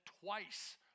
twice